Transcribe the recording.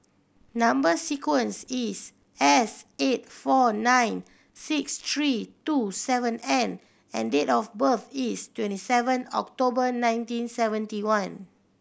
number sequence is S eight four nine six three two seven N and date of birth is twenty seven October nineteen seventy one